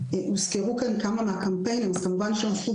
הוזכרו כאן כמה קמפיינים אז כמובן שבזכות שיתוף